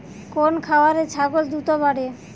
কোন খাওয়ারে ছাগল দ্রুত বাড়ে?